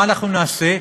מה אנחנו נעשה?